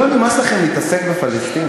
לא נמאס לכם להתעסק בפלסטין?